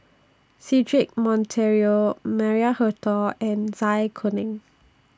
Cedric Monteiro Maria Hertogh and Zai Kuning